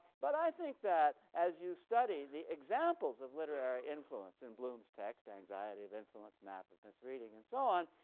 but i think that as you study the examples of literary influence in bloom's text, anxiety of influence, a map of misreading and so on,